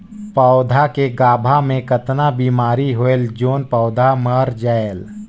पौधा के गाभा मै कतना बिमारी होयल जोन पौधा मर जायेल?